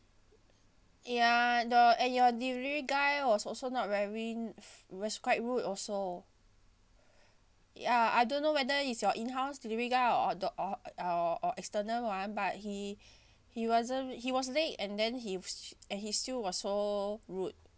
ya the and your delivery guy was also not very was quite rude also ya I don't know whether is your in-house delivery guy or the or uh or or external [one] but he he wasn't he was late and then he and he still was so rude